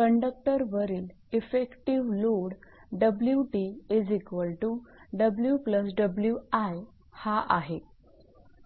कंडक्टरवरील effective load 𝑊𝑇𝑊𝑊𝑖 हा आहे